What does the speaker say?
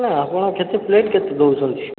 ହଁ ଆପଣ କେତେ ପ୍ଲେଟ୍ କେତେ ଦେଉଛନ୍ତି